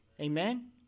Amen